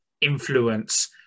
influence